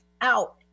out